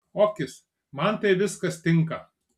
okis man tai viskas tinka